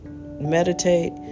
meditate